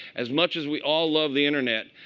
as much as we all love the internet,